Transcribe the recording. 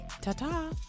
Ta-ta